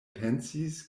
pensis